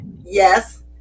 Yes